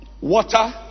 Water